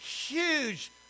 huge